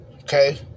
Okay